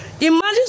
imagine